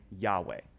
Yahweh